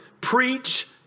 Preach